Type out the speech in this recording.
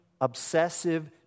obsessive